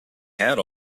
had